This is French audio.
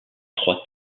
trois